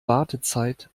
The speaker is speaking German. wartezeit